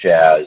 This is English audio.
jazz